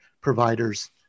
providers